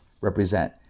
represent